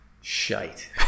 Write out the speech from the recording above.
shite